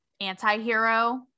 anti-hero